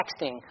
texting